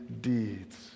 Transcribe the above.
deeds